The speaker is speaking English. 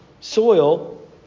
soil